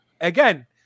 again